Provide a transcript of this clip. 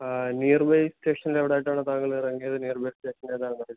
near by സ്റ്റേഷനിൽ എവിടെ ആയിട്ടാണ് താങ്കൾ ഇറങ്ങിയത് നിയർ ബൈ സ്റ്റേഷൻ ഏതാണ് ലൊക്കേഷൻ